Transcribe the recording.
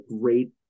great